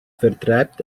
vertreibt